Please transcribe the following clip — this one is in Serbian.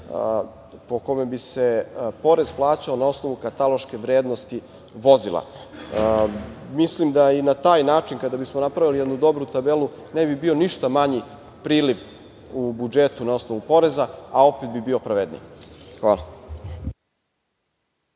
po kome bi se porez plaćao na osnovu kataloške vrednosti vozila? Mislim da i na taj način, kada bismo napravili jednu dobru tabelu, ne bi bio ništa manji priliv u budžetu na osnovu poreza, a opet bi bio pravedniji. Hvala.